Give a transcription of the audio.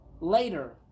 later